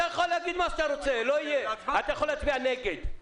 אתה בסדר גמור.